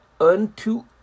unto